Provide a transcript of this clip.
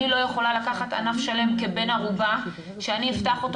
אני לא יכולה לקחת ענף שלם כבן ערובה שאני אפתח אותו